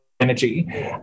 energy